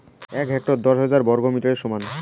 এক হেক্টর দশ হাজার বর্গমিটারের সমান